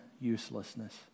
uselessness